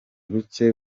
bucye